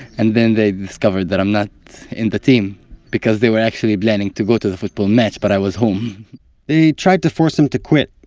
and then they discovered that i'm not in the team because they were actually planning to go to the football match but i was home they tried to force him to quit,